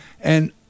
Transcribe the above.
And-